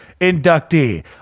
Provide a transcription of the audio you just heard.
inductee